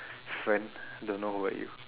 friend don't know who are you